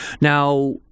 Now